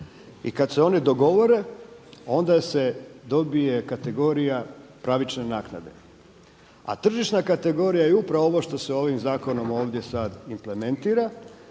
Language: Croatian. I kad se oni dogovore onda se dobije kategorija pravične naknade, a tržišna kategorija je upravo ovo što se ovim zakonom ovdje sad implementira.